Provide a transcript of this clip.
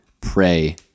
pray